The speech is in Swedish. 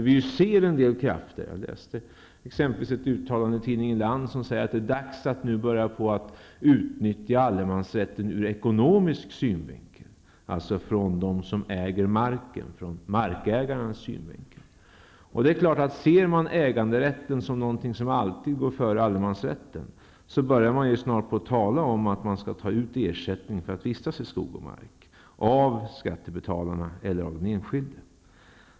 Vi ser en del krafter i rörelse. Jag läste ett uttalande i tidningen Land om att det nu är dags att börja utnyttja allemansrätten ur ekonomisk synvinkel, alltså från markägarens synvinkel. Ser man äganderätten som någonting som alltid går före allemansrätten kommer man snart att börja tala om att ta ut ersättning för vistelse i skog och mark, av skattebetalarna eller av den enskilde.